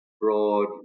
broad